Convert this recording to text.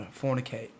fornicate